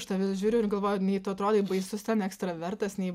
aš tave žiūriu ir galvoju nei tu atrodai baisus ten ekstravertas nei